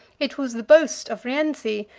it was the boast of rienzi,